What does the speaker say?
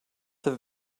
have